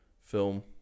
film